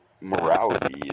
morality